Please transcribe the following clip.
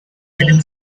middle